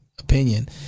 opinion